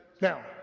Now